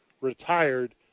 retired